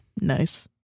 nice